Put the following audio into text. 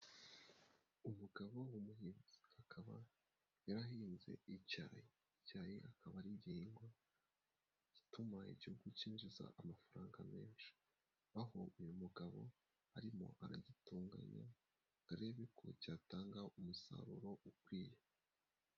Umugabo w'umuhinzi akaba yarahinze icyayi. Icyayi akaba ari igihingwa gituma Igihugu cyinjiza amafaranga menshi. Aho uyu mugabo arimo aragitunganya ngo arebe ko cyatanga umusaruro ukwiye.